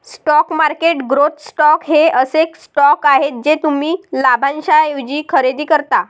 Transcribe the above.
stock market growth stocks हे असे stocks आहेत जे तुम्ही लाभांशाऐवजी खरेदी करता